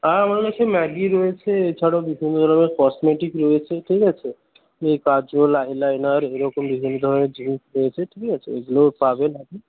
হ্যাঁ আমার কাছে ম্যাগি রয়েছে এছাড়াও বিভিন্ন কসমেটিক্স রয়েছে ঠিক আছে কাজল আইলাইনার এরকম বিভিন্ন ধরনের জিনিস রয়েছে ঠিক আছে এইগুলোও পাবেন আপনি